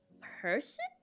person